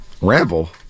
Ramble